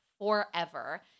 forever